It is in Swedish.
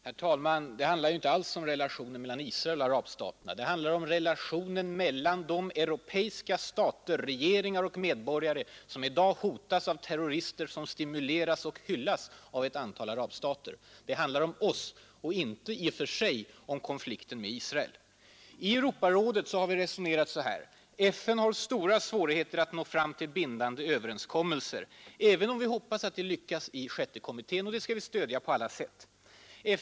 Herr talman! Det här handlar inte om konflikten mellan Israel och arabstaterna. Det handlar om relationen mellan de europeiska stater, regeringar och medborgare, som i dag hotas av terrorister, vilka stimuleras och hyllas av ett antal arabstater. Det handlar främst om oss och inte i och för sig om konflikten med Israel. I Europarådet har vi resonerat så här. FN har stora svårigheter att nå fram till bindande överenskommelser, även om vi hoppas att det lyckas i sjätte kommittén; det arbetet skall vi stödja på alla sätt.